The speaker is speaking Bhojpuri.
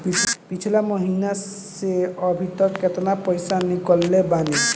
पिछला महीना से अभीतक केतना पैसा ईकलले बानी?